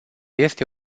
este